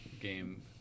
game